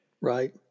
right